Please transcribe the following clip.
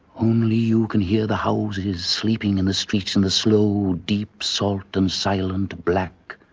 only you can hear the houses sleeping in the streets in the slow deep salt and silent black,